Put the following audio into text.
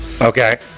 Okay